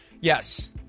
Yes